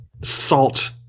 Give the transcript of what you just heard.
salt